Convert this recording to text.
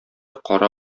кара